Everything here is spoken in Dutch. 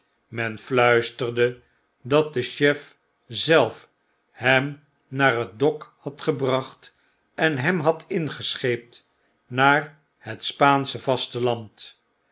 men fluisterde dat de chef zelf hem naar het dok had gebracht en hem had ingescheept naar het spaansche vasteland